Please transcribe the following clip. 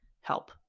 help